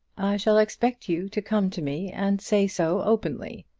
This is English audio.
shall expect you to come to me and say so openly.